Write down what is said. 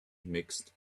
mixed